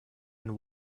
and